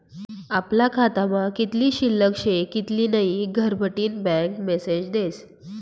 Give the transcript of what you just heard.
आपला खातामा कित्ली शिल्लक शे कित्ली नै घरबठीन बँक मेसेज देस